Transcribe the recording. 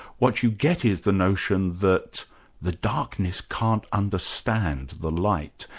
what you get is the notion that the darkness can't understand the light,